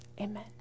Amen